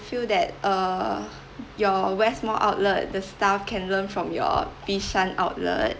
feel that uh your west mall outlet the staff can learn from your bishan outlet